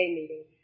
meeting